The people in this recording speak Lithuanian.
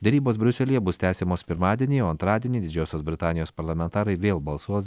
derybos briuselyje bus tęsiamos pirmadienį o antradienį didžiosios britanijos parlamentarai vėl balsuos